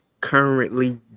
currently